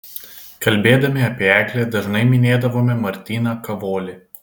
kalbėdami apie eglę dažnai minėdavome martyną kavolį